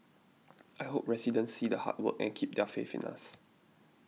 I hope residents see the hard work and keep their faith in us